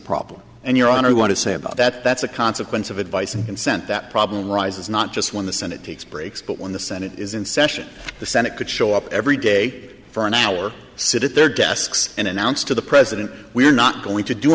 problem and you're on i want to say about that that's a consequence of advice and consent that problem arises not just when the senate takes breaks but when the senate is in session the senate could show up every day for an hour sit at their desks and announce to the president we're not going to do